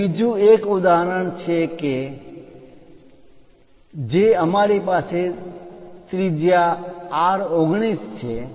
અહીં બીજું એક ઉદાહરણ છે જે અમારી પાસે ત્રિજ્યા R19 છે